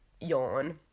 yawn